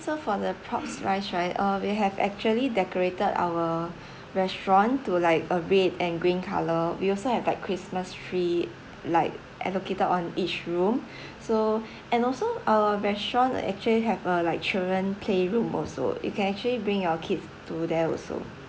so for the props wise right uh we have actually decorated our restaurant to like uh red and green colour we also have like christmas tree like allocated on each room so and also our restaurant actually have a like children playroom also you can actually bring your kids to there also